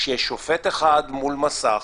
כשיש שופט אחד מול מסך,